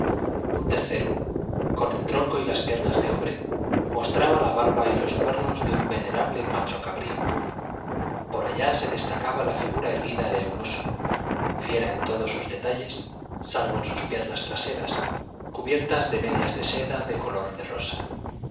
un tercero con el tronco y las piernas de hombre mostraba la barba y los cuernos de un venerable macho cabrío por allá se destacaba la figura erguida de un oso fiera en todos sus detalles salvo en sus piernas traseras cubiertas de medias de seda color de rosa